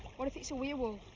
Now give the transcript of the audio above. what if it's a werewolf?